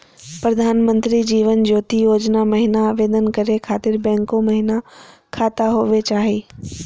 प्रधानमंत्री जीवन ज्योति योजना महिना आवेदन करै खातिर बैंको महिना खाता होवे चाही?